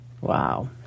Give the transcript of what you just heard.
Wow